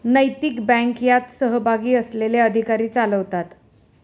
नैतिक बँक यात सहभागी असलेले अधिकारी चालवतात